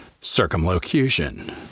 circumlocution